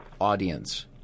audience